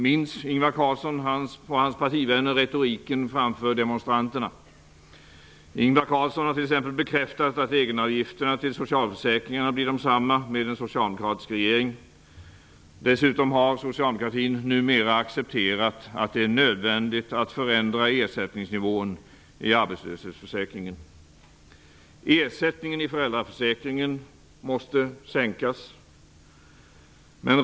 Minns Ingvar Carlsson och hans partivänner retoriken framför demonstranterna? Ingvar Carlsson har t.ex. bekräftat att egenavgifterna till socialförsäkringarna blir desamma med en socialdemokratisk regering. Dessutom har socialdemokratin numera accepterat att det är nödvändigt att förändra ersättningsnivån i arbetslöshetsförsäkringen. Ersättningen i föräldraförsäkringen måste sänkas.